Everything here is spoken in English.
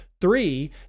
Three